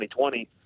2020